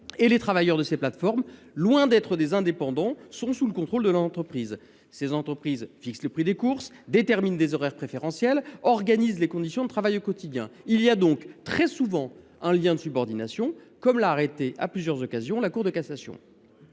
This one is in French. Les travailleurs de ces plateformes, loin d’être des indépendants, sont sous le contrôle de leur entreprise. Ces entreprises fixent le prix des courses, déterminent des horaires préférentiels et organisent les conditions de travail au quotidien. Très souvent, il y a donc un lien de subordination, comme l’a jugé dans plusieurs arrêts la Cour de cassation.